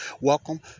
Welcome